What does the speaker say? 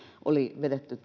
oli vedetty